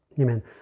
Amen